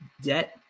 debt